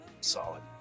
solid